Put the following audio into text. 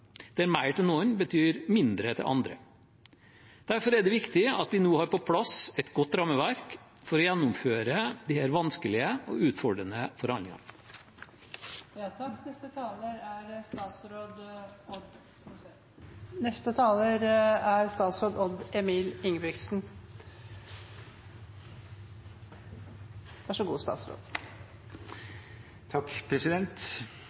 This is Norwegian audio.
der mer til noen betyr mindre til andre. Derfor er det viktig at vi nå har på plass et godt rammeverk for å gjennomføre disse vanskelige og utfordrende